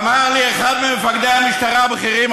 אמר לי אחד ממפקדי המשטרה הבכירים,